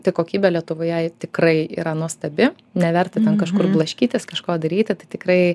tai kokybė lietuvoje tikrai yra nuostabi neverta ten kažkur blaškytis kažko daryti tai tikrai